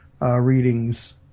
readings